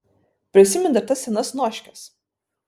prisimeni dar tas senas noškes